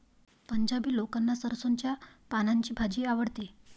पंजाबी लोकांना सरसोंच्या पानांची भाजी आवडते